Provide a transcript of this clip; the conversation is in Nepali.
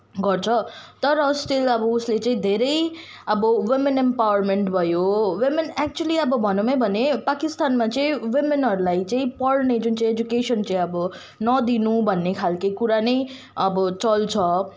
गर्छ तर स्टिल उसले चाहिँ धेरै अब वोमेन इम्पावरमेन्ट भयो वोमेन एक्चुअली अब भनौँ नै भने पाकिस्तानमा चाहिँ वोमेनहरूलाई चाहिँ पढ्ने जुन चाहिँ एजुकेसन चाहिँ अब नदिनु भन्ने खालको कुरा नै अब चल्छ